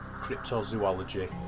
cryptozoology